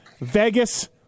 Vegas